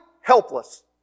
helpless